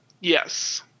Yes